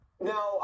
Now